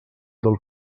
del